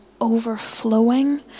overflowing